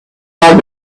old